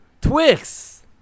Twix